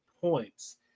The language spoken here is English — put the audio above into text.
points